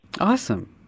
Awesome